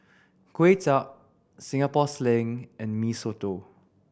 Kway Chap Singapore Sling and Mee Soto